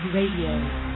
Radio